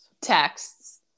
Texts